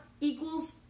equals